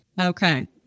Okay